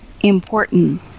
important